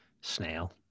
snail